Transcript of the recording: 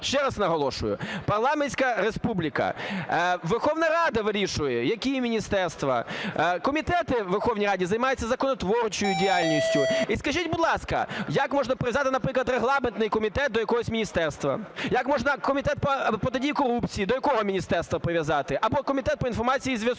ще раз наголошую – парламентська республіка. Верховна Рада вирішує, які міністерства. Комітети у Верховній Раді займаються законотворчою діяльністю. І скажіть, будь ласка, як можна прив'язати, наприклад, регламентний комітет до якогось міністерства? Як можна Комітет по протидії корупції, до якого міністерства прив’язати? Або Комітет по інформації і зв’язку?